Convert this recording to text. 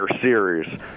series –